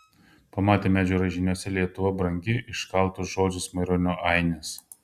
pamatė medžio raižiniuose lietuva brangi iškaltus žodžius maironio ainis